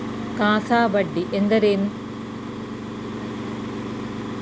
CASA ಬಡ್ಡಿ ಎಂದರೇನು?